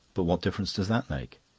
but what difference does that make?